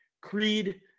Creed